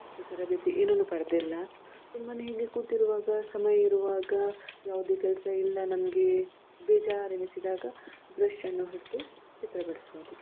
ಅಥವಾ ತರಬೇತಿ ಏನನ್ನೂ ಪಡೆದಿಲ್ಲ ಸುಮ್ಮನೆ ಹೀಗೆ ಕೂತಿರುವಾಗ ಸಮಯ ಇರುವಾಗ ಯಾವುದೇ ಕೆಲಸ ಇಲ್ಲ ನಮಗೆ ಬೇಜಾರು ಎನಿಸಿದಾಗ ಬ್ರಷ್ಷನ್ನು ಹಿಡಿದು ಚಿತ್ರ ಬಿಡಿಸುವುದು